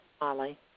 Molly